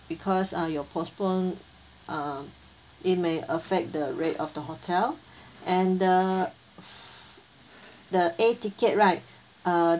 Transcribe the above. because uh your postpone uh it may affect the rate of the hotel and the the air ticket right uh